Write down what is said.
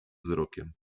wzrokiem